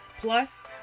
Plus